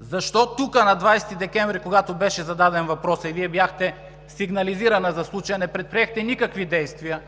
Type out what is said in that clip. Защо тук на 20 декември, когато беше зададен въпросът и Вие бяхте сигнализирана за случая, не предприехте никакви действия?